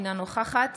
אינה נוכחת